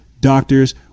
doctors